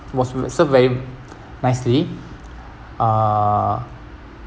was ve~ served very nicely um